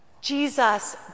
Jesus